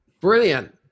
brilliant